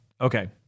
Okay